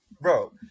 bro